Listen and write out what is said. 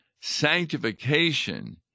Sanctification